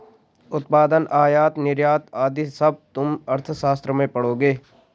उत्पादन, आयात निर्यात आदि सब तुम अर्थशास्त्र में पढ़ोगे